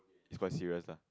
it's quite serious lah